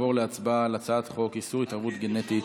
אנחנו מבקשים לעבור להצבעה על הצעת חוק איסור התערבות גנטית,